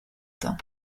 teint